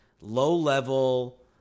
low-level